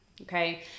Okay